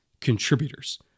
contributors